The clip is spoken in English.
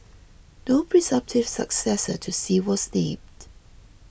no presumptive successor to Xi was named